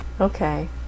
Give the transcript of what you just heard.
Okay